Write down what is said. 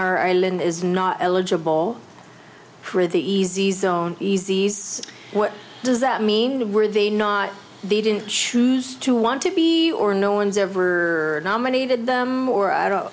our island is not eligible for the easy zone easy's what does that mean were they not they didn't choose to want to be or no one's ever nominated them or i don't